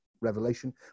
revelation